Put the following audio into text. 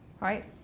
right